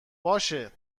باشه